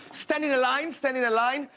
stand in a line, stand in a line,